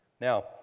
Now